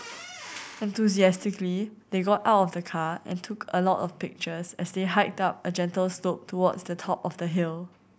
enthusiastically they got out of the car and took a lot of pictures as they hiked up a gentle slope towards the top of the hill